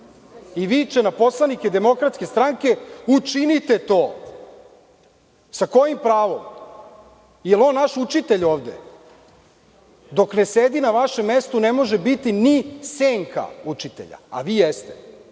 i viče na poslanike DS – učinite to? Sa kojim pravom? Da li je on naš učitelj ovde? Dok ne sedi na vašem mestu ne može biti ni senka učitelja, a vi jeste